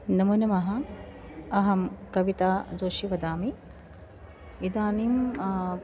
नमो नमः अहं कविता जोषी वदामि इदानीं